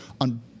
on